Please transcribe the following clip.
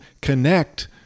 connect